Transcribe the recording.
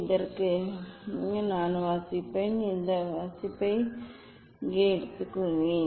இதற்காக நான் வாசிப்பேன் இதற்கான வாசிப்பை இங்கே எடுத்துக்கொள்வேன்